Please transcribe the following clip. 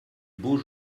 beaux